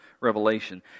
revelation